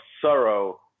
sorrow